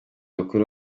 bakuru